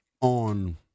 on